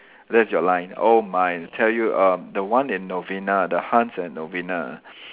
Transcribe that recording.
that's your line oh my I tell you um the one in Novena the Hans at Novena